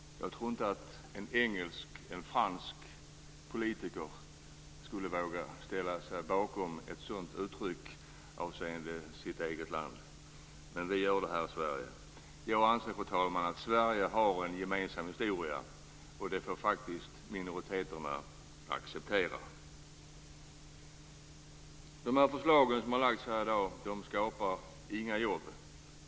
Jag tror inte att en engelsk eller en fransk politiker skulle våga ställa sig bakom ett sådant uttalande avseende sitt eget land, men vi gör det här i Sverige. Jag anser, fru talman, att Sverige har en gemensam historia, och det får faktiskt minoriteterna acceptera. De förslag som har diskuterats här i dag skapar inga jobb.